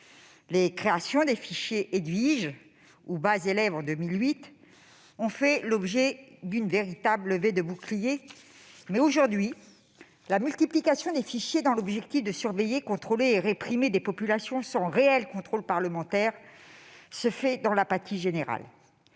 l'information générale », et Base élèves, en 2008, ont fait l'objet d'une véritable levée de boucliers. Mais, aujourd'hui, la multiplication des fichiers, dans l'objectif de surveiller, contrôler et réprimer des populations sans réel contrôle parlementaire, se fait dans l'apathie générale.